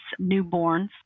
newborns